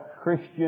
Christian